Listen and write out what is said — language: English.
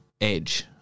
edge